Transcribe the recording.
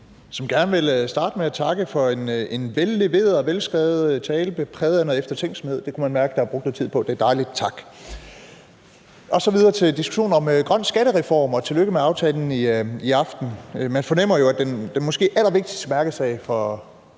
Som gerne vil starte med at takke for en velleveret og velskrevet tale præget af noget eftertænksomhed. Det kunne man mærke, der var brugt lidt tid på. Det er dejligt. Tak. Videre til diskussionen om en grøn skattereform – og tillykke med aftalen i aftes. Man fornemmer jo, at den måske allervigtigste mærkesag for